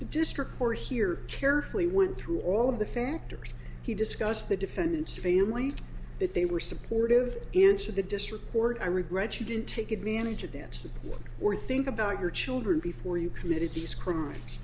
district or here carefully went through all of the factors he discussed the defendant's family that they were supportive inside the district court i regret you didn't take advantage of that one or think about your children before you committed this crime